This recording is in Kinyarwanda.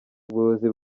ubuyobozi